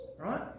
Right